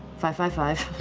five-five-five.